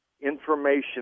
information